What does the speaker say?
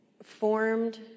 formed